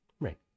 right